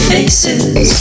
Faces